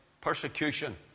persecution